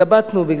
התלבטנו כי